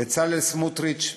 בצלאל סמוטריץ,